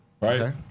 right